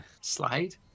Slide